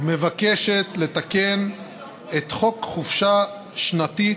מבקשת לתקן את חוק חופשה שנתית,